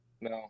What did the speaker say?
no